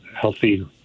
healthy